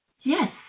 Yes